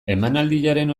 emanaldiaren